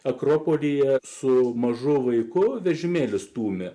akropolyje su mažu vaiku vežimėlyje stūmė